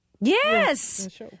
yes